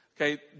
Okay